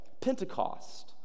Pentecost